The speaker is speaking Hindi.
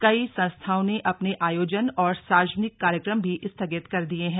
कई संस्थाओं ने अपने आयोजन और सार्वजनिक कार्यक्रम भी स्थगित कर दिये हैं